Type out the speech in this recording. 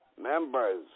members